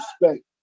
respect